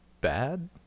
bad